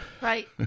right